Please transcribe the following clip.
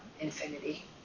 infinity